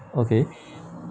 okay